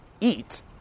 eat